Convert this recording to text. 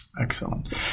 Excellent